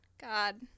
God